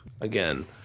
again